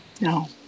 no